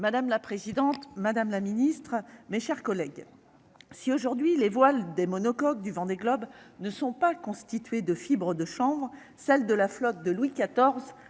Madame la présidente, madame la ministre, mes chers collègues, si aujourd'hui les voiles des monocoques du Vendée Globe ne sont pas constitués de fibres de chanvre, celle de la flotte de Louis XIV,